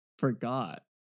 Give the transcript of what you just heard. forgot